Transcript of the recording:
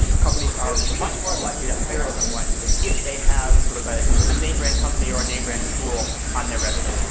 companies are much more likely to hire someone if they have sort of ah a name brand company or a name brand school on their resume.